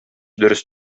дөрес